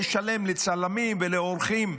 לשלם לצלמים ולעורכים.